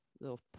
little